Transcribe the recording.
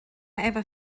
efo